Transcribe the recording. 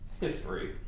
history